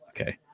Okay